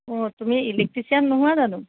অঁ তুমি ইলেক্ট্ৰিচিয়ান নোহোৱা জানোঁ